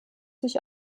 sich